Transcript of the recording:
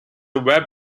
web